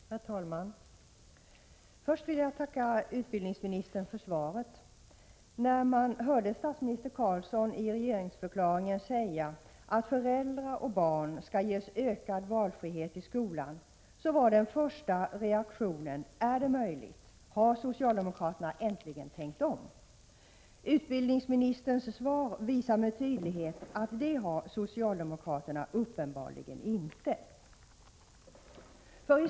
Herr talman! Först vill jag tacka utbildningsministern för svaret. När man hörde statsminister Carlsson i regeringsförklaringen säga att föräldrar och barn skall ges ökad valfrihet i fråga om skolan var den första reaktionen: Är det sant? Har socialdemokraterna äntligen tänkt om? Utbildningsministerns svar visar med tydlighet att socialdemokraterna uppenbarligen inte gjort det.